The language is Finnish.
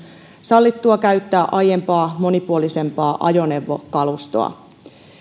sallittua käyttää aiempaa monipuolisempaa ajoneuvokalustoa